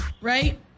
right